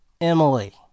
Emily